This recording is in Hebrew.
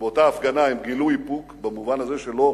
ובאותה הפגנה הם גילו איפוק במובן הזה שלא